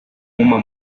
uma